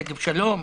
שגב שלום,